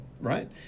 right